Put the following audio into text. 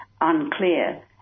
unclear